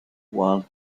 while